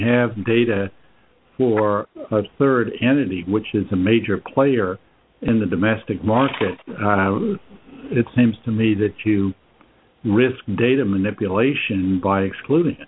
have data for rd entity which is a major player in the domestic market it seems to me that you risk data manipulation by excluding